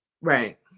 Right